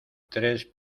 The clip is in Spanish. tres